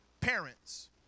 parents